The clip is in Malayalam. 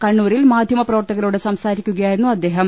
കണ്ണൂരിൽ മാധ്യമ പ്രവർത്ത കരോട് സംസാരിക്കുകയായിരുന്നു അദ്ദേഹം